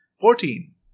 Fourteen